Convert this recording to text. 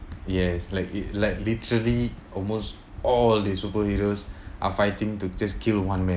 ya it's like it like literally almost all the superheroes are fighting to just kill one man